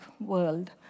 world